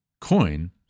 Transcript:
coin